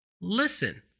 listen